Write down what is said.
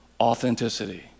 authenticity